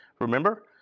remember